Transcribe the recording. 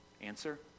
Answer